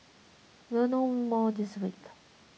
we'll know more this week